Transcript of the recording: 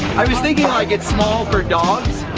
i was thinking like it's small for dogs.